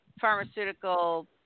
pharmaceutical